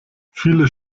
viele